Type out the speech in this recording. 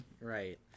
Right